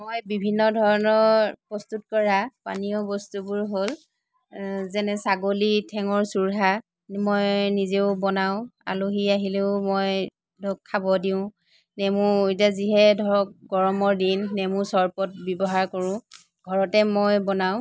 মই বিভিন্ন ধৰণৰ প্ৰস্তুত কৰা পানীয় বস্তুবোৰ হ'ল যেনে ছাগলী ঠেঙৰ চুৰহা মই নিজেও বনাওঁ আলহী আহিলেও মই ধৰক খাব দিওঁ নেমু এতিয়া যি হে ধৰক গৰমৰ দিন নেমুৰ চৰ্বত ব্যৱহাৰ কৰোঁ ঘৰতে মই বনাওঁ